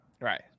Right